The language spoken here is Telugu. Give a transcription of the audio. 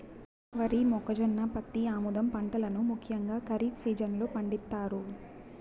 వరి, మొక్కజొన్న, పత్తి, ఆముదం పంటలను ముఖ్యంగా ఖరీఫ్ సీజన్ లో పండిత్తారు